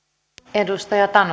arvoisa